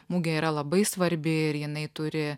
mugė yra labai svarbi ir jinai turi